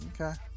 Okay